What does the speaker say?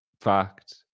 Fact